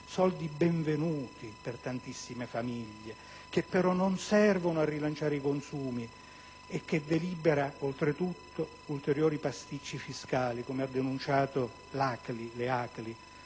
(soldi benvenuti per tantissime famiglie, che però non servono a rilanciare i consumi), delibera ulteriori pasticci fiscali, come denunciato dalle Acli.